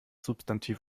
substantiv